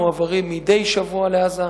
מועברים מדי שבוע לעזה.